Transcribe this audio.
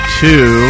two